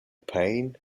pain